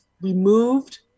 removed